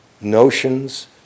notions